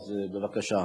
בבקשה.